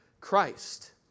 Christ